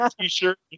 t-shirt